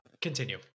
continue